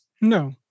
no